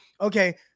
okay